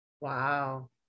Wow